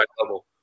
level